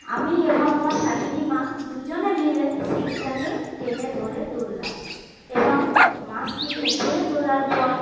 আমি এবং আমার শাশুড়ি মা দুজনে মিলে ছিপটাকে টেনে ধরে তুললাম এবং মাছটি উপরে তোলার পর